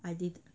I didn't